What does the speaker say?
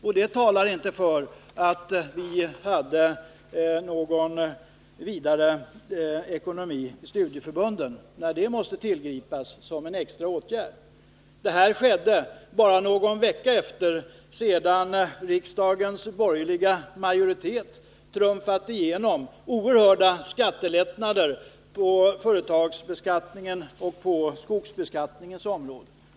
Att den extra åtgärden måste tillgripas talar inte för att studieförbunden hade någon vidare god ekonomi. Detta skedde bara någon vecka efter det att riksdagens borgerliga majoritet trumfat igenom oerhörda lättnader på företagsbeskattningens och skogsbeskattningens område.